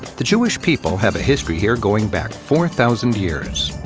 the jewish people have a history here going back four thousand years.